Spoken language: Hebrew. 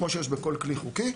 כמו שיש בכל כלי חוקי,